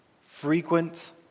frequent